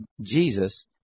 Jesus